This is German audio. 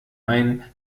ein